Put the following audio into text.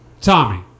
Tommy